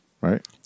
right